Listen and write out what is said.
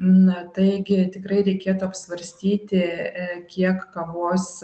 na taigi tikrai reikėtų apsvarstyti kiek kavos